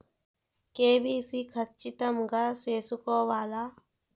KYC ఖచ్చితంగా సేసుకోవాలా